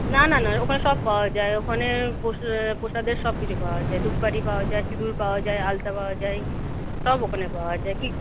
না না না ওখানে সব পাওয়া যায় ওখানে প্রসাদের সব কিছু পাওয়া যায় ধূপকাঠি পাওয়া যায় সিঁদুর পাওয়া যায় আলতা পাওয়া যায় সব ওখানে পাওয়া যায় কী